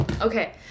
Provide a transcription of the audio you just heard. Okay